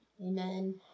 Amen